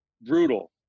brutal